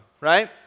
right